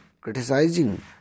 criticizing